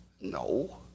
No